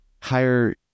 higher